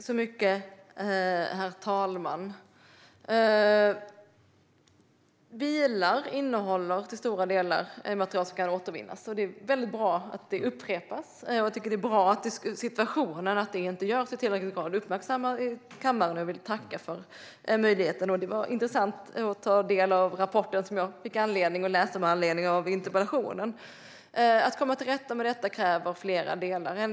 Herr talman! Bilar innehåller till stora delar material som kan återvinnas. Jag tycker att det är bra att det upprepas och att situationen att det inte görs i tillräckligt hög grad uppmärksammas i kammaren. Jag vill tacka för den möjligheten. Det var intressant att ta del av rapporten, som interpellationen gav mig anledning att läsa. Att komma till rätta med detta kräver flera delar.